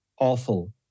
awful